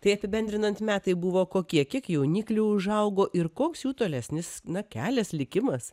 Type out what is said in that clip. tai apibendrinant metai buvo kokie kiek jauniklių užaugo ir koks jų tolesnis na kelias likimas